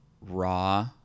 raw